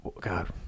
God